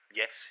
yes